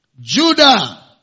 Judah